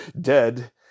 dead